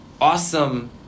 awesome